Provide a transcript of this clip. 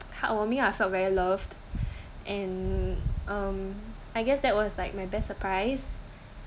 heartwarming lah I felt very loved and um I guess that was like my best surprise